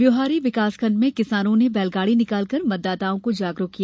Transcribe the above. ब्योहारी विकासखण्ड में किसानो ने बैलगाड़ी रैली निकाल कर मतदाताओं को जागरुक किया